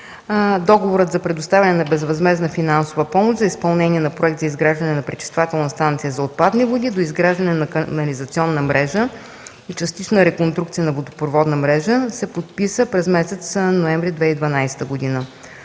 Договорът за предоставяне на безвъзмездна финансова помощ за изпълнение на Проект за изграждане на пречиствателна станция за отпадни води, доизграждане на канализационна мрежа и частична реконструкция на водопроводна мрежа се подписа през месец ноември 2012 г.